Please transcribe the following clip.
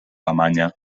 alemanya